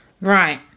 Right